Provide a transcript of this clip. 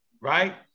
right